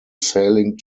sailing